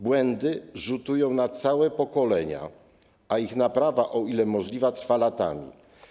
Błędy rzutują na całe pokolenia, a ich naprawa, o ile możliwa, trwa latami.